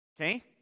Okay